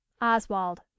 Oswald